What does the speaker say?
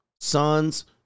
sons